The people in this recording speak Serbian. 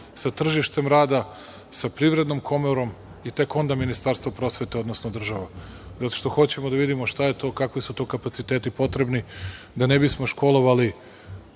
sa tržištem rada, sa privrednom komorom i tek onda Ministarstvom prosvete, odnosno državom. Zato što hoćemo da vidimo šta je to, kakvi su to kapaciteti potrebni, da ne bismo školovali